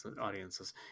audiences